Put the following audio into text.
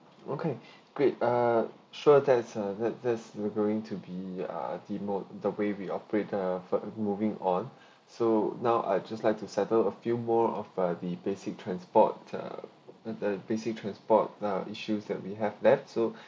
okay great uh sure that is a that that's going to be a the mode the way we operate uh further moving on so now I just like to settle a few more of uh the basic transport the the basic transport uh issues that we have left so